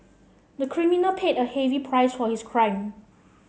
the criminal paid a heavy price for his crime